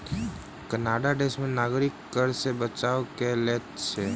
Canada देश में नागरिक कर सॅ बचाव कय लैत अछि